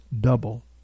double